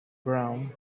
brown